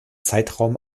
zeitraum